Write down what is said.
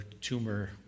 tumor